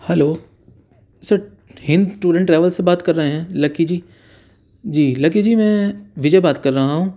hello sir Hind tour and travel سے بات کر رہے ہیں لکی جی جی لکی جی میں وجے بات کر رہا ہوں